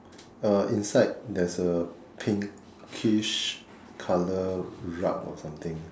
uh inside there's a pinkish colour rug or something